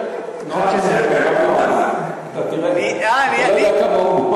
אתה תראה, אתה לא יודע את המהות.